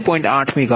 8MW સુધી જશે